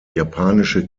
japanische